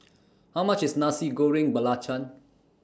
How much IS Nasi Goreng Belacan